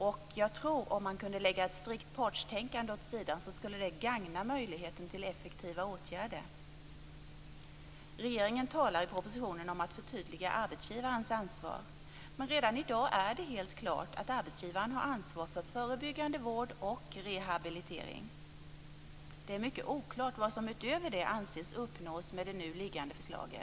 Om det går att lägga ett strikt partstänkande åt sidan, kan den gagna möjligheten till effektiva åtgärder. Regeringen talar i propositionen om att förtydliga arbetsgivarens ansvar. Men redan i dag är det helt klart att arbetsgivaren har ansvar för förebyggande vård och rehabilitering. Det är mycket oklart vad som utöver det anses uppnås med det nu liggande förslaget.